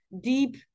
deep